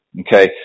okay